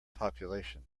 population